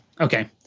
okay